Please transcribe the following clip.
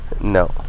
No